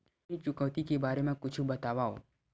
ऋण चुकौती के बारे मा कुछु बतावव?